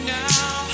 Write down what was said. now